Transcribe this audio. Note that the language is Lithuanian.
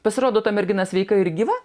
pasirodo ta mergina sveika ir gyva